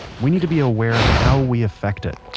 we need to be aware of how we affect it.